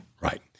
Right